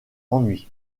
ennuis